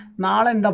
maryland ah